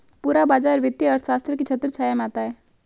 पूरा बाजार वित्तीय अर्थशास्त्र की छत्रछाया में आता है